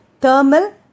Thermal